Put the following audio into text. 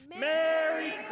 Merry